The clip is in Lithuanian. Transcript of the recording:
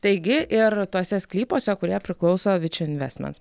taigi ir tuose sklypuose kurie priklauso viči investments